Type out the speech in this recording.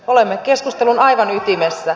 olemme keskustelun aivan ytimessä